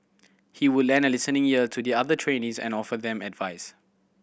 he would lend a listening ear to the other trainees and offer them advice